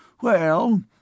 Well—